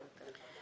טוב.